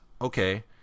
Okay